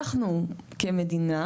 אנחנו כמדינה,